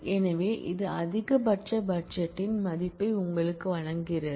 எனவே இது அதிகபட்ச பட்ஜெட்டின் மதிப்பை உங்களுக்கு வழங்குகிறது